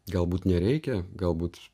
galbūt nereikia galbūt